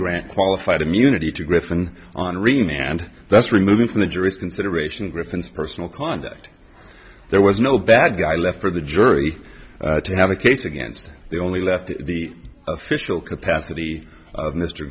grant qualified immunity to griffon on reading and that's removing from the jurist consideration griffin's personal conduct there was no bad guy left for the jury to have a case against they only left the official capacity of mr